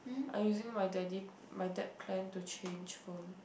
I using my daddy my dad plan to change phone